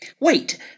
Wait